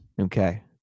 Okay